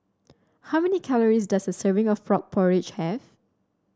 how many calories does a serving of Frog Porridge have